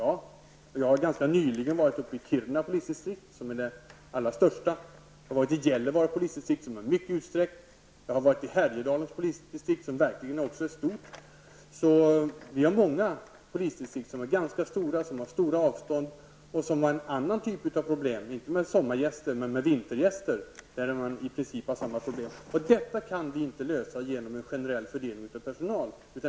Jag har ganska nyligen besökt Kiruna polisdistrikt, som är landets största. Jag har varit i Gällivare polisdistrikt, som är mycket utsträckt, och jag har även varit i Härjedalens polisdistrikt, som är mycket stort. Det finns många polisdistrikt som är ganska stora och där man har stora avstånd. I vissa av dessa distrikt har man i princip samma problem som i Norrtälje. Det gäller dock inte sommargäster utan vintergäster. Detta kan vi inte lösa genom en generell fördelning av personal.